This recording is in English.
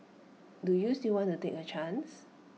do you still want to take A chance